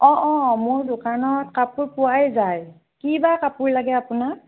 অঁ অঁ মোৰ দোকানত কাপোৰ পোৱাই যায় কিবা কাপোৰ লাগে আপোনাক